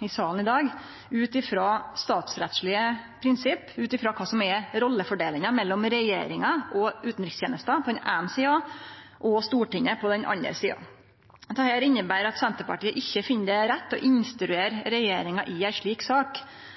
i salen i dag ut frå statsrettslege prinsipp, ut frå kva som er rollefordelinga mellom regjeringa og utanrikstenesta på den eine sida og Stortinget på den andre sida. Dette inneber at Senterpartiet ikkje finn det rett å instruere